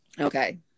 okay